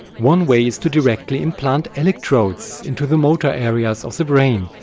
one way is to directly implant electrodes into the motor areas of the brain,